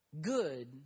good